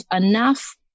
enough